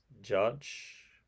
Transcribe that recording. judge